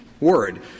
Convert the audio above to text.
word